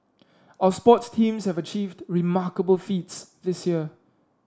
our sports teams have achieved remarkable feats this year